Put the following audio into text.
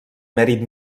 mèrit